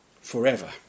forever